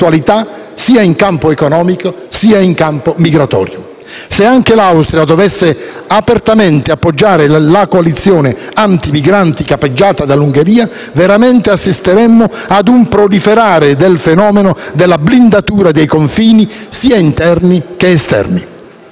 sia in campo economico che migratorio. Se anche l'Austria dovesse apertamente appoggiare la coalizione antimigranti capeggiata dall'Ungheria, assisteremmo veramente a un proliferare del fenomeno della blindatura dei confini sia interni che esterni.